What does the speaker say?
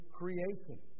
creation